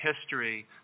history